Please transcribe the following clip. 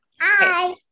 Hi